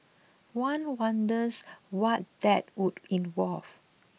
one wonders what that would involve